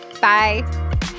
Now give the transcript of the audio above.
Bye